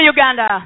Uganda